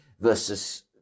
versus